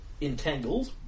entangled